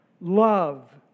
love